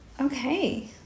Okay